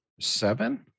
Seven